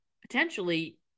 potentially